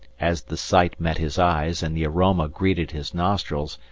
as the sight met his eyes and the aroma greeted his nostrils,